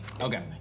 Okay